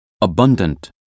abundant